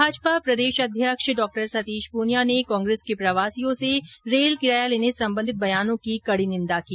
भाजपा प्रदेश अध्यक्ष डॉ सतीश प्रनिया ने कांग्रेस के प्रवासियों से रेल किराया लेने सम्बन्धित बयानों की कड़ी निंदा की